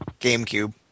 GameCube